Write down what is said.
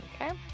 Okay